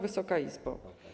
Wysoka Izbo!